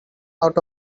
out